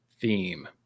Theme